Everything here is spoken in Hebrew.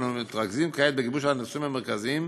אנו מתרכזים כעת בגיבוש הנושאים המרכזיים,